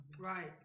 Right